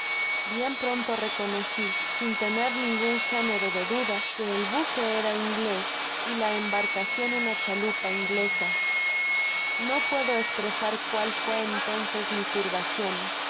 bien pronto reconoci sin tener ningun género de duda que el buque era inglés y la embarcacion una chalupa inglesa no puedo espresar cuál fué entonces mi turbacion